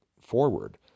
forward